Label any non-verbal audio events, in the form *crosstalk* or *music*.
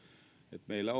että meillä *unintelligible*